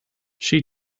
she